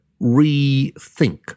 rethink